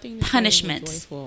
punishments